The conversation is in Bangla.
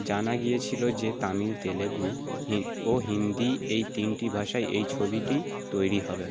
জানা গিয়েছিল যে তামিল তেলুগু হিন ও হিন্দি এই তিনটি ভাষায় এই ছবিটি তৈরি হবে